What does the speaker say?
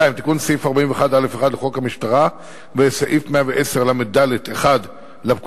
2. תיקון סעיף 41(א)(1) לחוק המשטרה וסעיף 110לד(1) לפקודה,